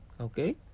okay